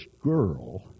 girl